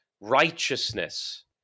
righteousness